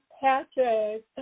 Patrick